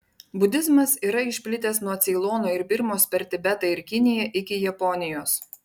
budizmas yra išplitęs nuo ceilono ir birmos per tibetą ir kiniją iki japonijos